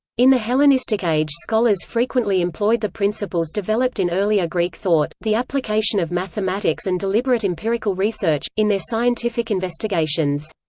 in the hellenistic age scholars frequently employed the principles developed in earlier greek thought the application of mathematics and deliberate empirical research, in their scientific investigations.